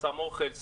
שם אוכל,